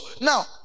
now